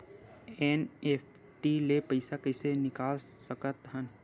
NEFT ले पईसा कइसे निकाल सकत हन?